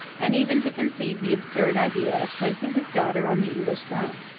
and even to conceive the absurd idea of placing his daughter on the english throne.